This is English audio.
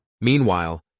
Meanwhile